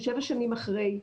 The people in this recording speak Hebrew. אנחנו שבע שנים אחרי.